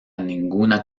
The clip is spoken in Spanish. ninguna